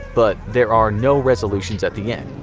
but there are no resolutions at the end.